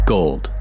Gold